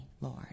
Lord